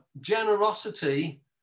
generosity